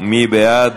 מי בעד?